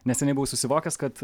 neseniai buvau susivokęs kad